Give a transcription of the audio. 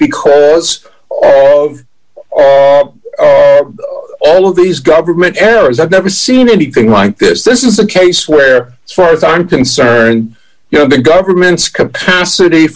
because of all of these government errors i've never seen anything like this this is a case where far as i'm concerned you know the government's capacity